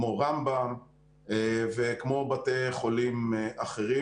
כמו רמב"ם וכמו בתי חולים אחרים?